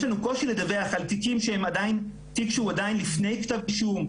יש לנו קושי לדווח על תיק שהוא עדיין לפני כתב אישום,